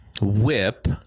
whip